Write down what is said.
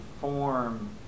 form